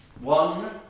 one